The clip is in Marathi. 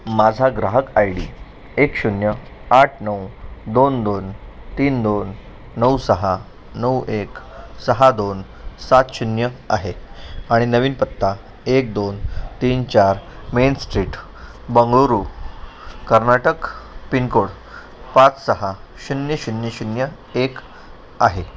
माझा ग्राहक आय डी एक शून्य आठ नऊ दोन दोन तीन दोन नऊ सहा नऊ एक सहा दोन सात शून्य आहे आणि नवीन पत्ता एक दोन तीन चार main street Bengaluru Karnataka pin code पाच सहा शून्य शून्य शून्य एक आहे